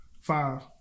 Five